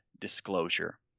disclosure